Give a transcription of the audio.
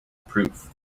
proof